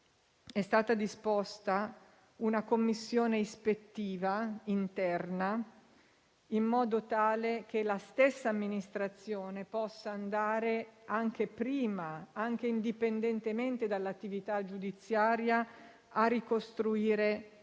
È stata disposta una commissione ispettiva interna, in modo tale che la stessa amministrazione possa andare anche prima, anche indipendentemente dall'attività giudiziaria, a ricostruire problemi